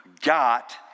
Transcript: got